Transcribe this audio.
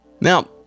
Now